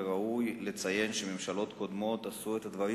וראוי לציין שממשלות קודמות עשו את הדברים